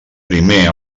primer